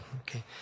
okay